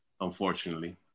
unfortunately